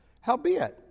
Howbeit